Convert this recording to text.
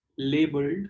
labeled